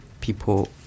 people